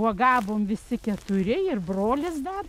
uogavom visi keturi ir brolis dar